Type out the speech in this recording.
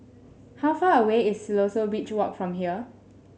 how far away is Siloso Beach Walk from here